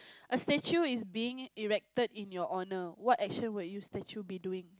a statue is being erected in your honor what action would you statue be doing